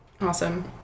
Awesome